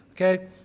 Okay